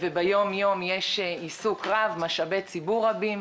ביום יום יש עיסוק רב, משאבי ציבור רבים,